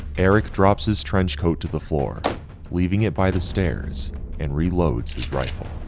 eric drops his trench coat to the floor leaving it by the stairs and reloads his rifle.